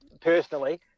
personally